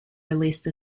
released